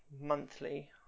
monthly